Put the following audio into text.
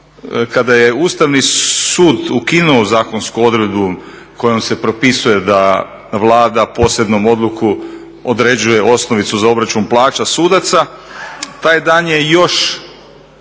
kada je Ustavni sud ukinuo zakonsku odredbu kojom se propisuje da Vlada posebnom odlukom određuje osnovicu za obračun plaća sudaca taj dan je još